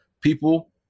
people